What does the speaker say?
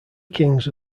kings